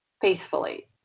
faithfully